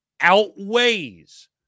outweighs